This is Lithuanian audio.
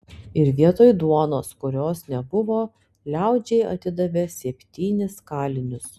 ir vietoj duonos kurios nebuvo liaudžiai atidavė septynis kalinius